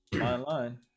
Online